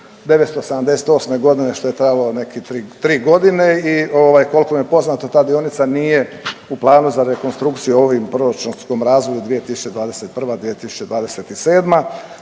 1978. godine što je trajalo nekih tri godine. I koliko mi je poznato ta dionica nije u planu za rekonstrukciju u ovo proračunskom razdoblju 2021.-2027.